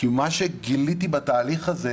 גיליתי בתהליך הזה